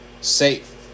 safe